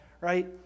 right